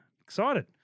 Excited